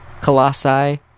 colossi